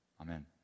Amen